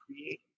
create